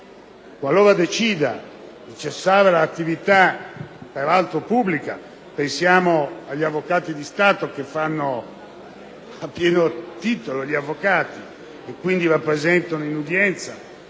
qualora decida di cessare l'attività, peraltro pubblica (pensiamo agli avvocati dello Stato che fanno a pieno titolo gli avvocati e quindi rappresentano in udienza